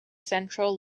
central